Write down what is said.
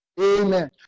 Amen